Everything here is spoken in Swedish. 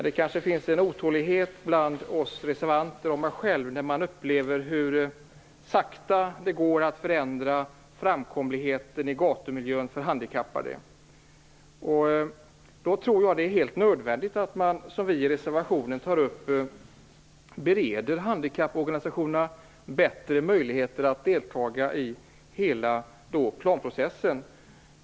Det kanske finns en otålighet hos oss reservanter när vi ser hur sakta det går att förändra framkomligheten för handikappade i gatumiljön. Då tror jag att det är helt nödvändigt, som vi reservanter tar upp, att bereda handikapporganisationerna bättre möjligheter att delta i hela planprocessen.